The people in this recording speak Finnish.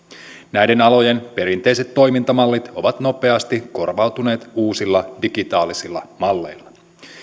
näiden alojen perinteiset toimintamallit ovat nopeasti korvautuneet uusilla digitaalisilla malleilla